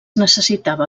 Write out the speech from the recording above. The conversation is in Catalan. necessitava